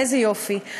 איזה יופי.